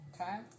okay